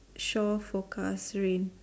shaw forecast rain